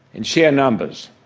in sheer numbers,